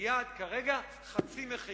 מייד כרגע, חצי מחיר.